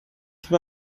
que